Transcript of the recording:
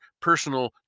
personal